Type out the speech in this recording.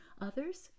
Others